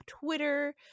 twitter